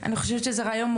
קודם